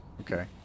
okay